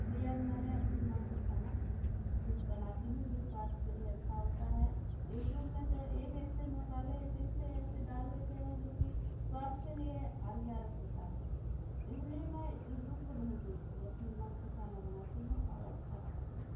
इसलिए अब मैंने अपने मन से खाना खुद बनाती हूँ जो स्वास्थ्य के लिए अच्छा होता है यूटूब में तो एक एक से मसाले एक एक से ऐसे डाल देते हैं जोकि स्वास्थ्य के लिए हानिकारक होता है इसलिए मैं यूटूब को नही देखती अपने मन से खाना बनाती हूँ और अच्छा बनाती हूँ